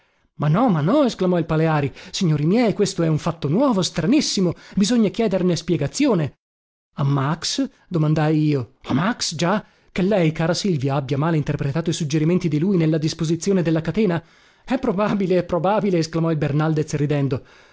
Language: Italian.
ma no ma no esclamò il paleari signori miei questo è un fatto nuovo stranissimo bisogna chiederne spiegazione a max domandai io a max già che lei cara silvia abbia male interpretato i suggerimenti di lui nella disposizione della catena è probabile è probabile esclamò il bernaldez ridendo